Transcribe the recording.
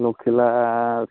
लखेला